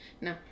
No